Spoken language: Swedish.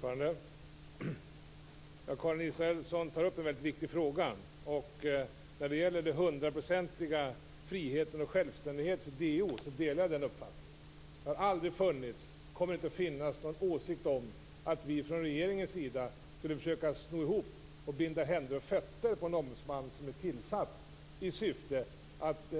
Fru talman! Karin Israelsson tar upp en väldigt viktig fråga. Jag delar uppfattningen när det gäller den hundraprocentiga friheten och självständigheten för DO. Det har aldrig funnits, och kommer aldrig att finnas, någon åsikt om att vi från regeringens sida skulle försöka slå ihop och binda händer och fötter på en ombudsman som är tillsatt i syfte att